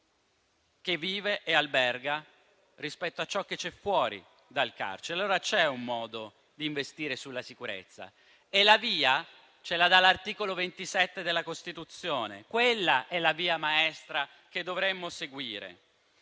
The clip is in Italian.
che vive e alberga rispetto a ciò che c'è fuori dal carcere. C'è, allora, un modo di investire sulla sicurezza e la via ce la indica l'articolo 27 della Costituzione: quella è la via maestra che dovremmo seguire.